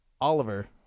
Oliver